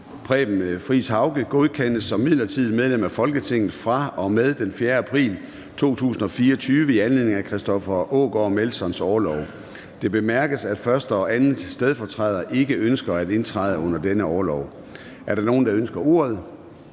Preben Friis-Hauge, godkendes som midlertidigt medlem af Folketinget fra og med den 4. april 2024 i anledning af Christoffer Aagaard Melsons orlov. Det bemærkes, at 1. og 2. stedfortræder ikke ønsker at indtræde under denne orlov. Er der nogen, der ønsker ordet?